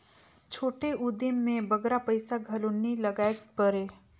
छोटे उदिम में बगरा पइसा घलो नी लगाएक परे